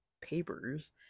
papers